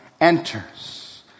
enters